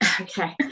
Okay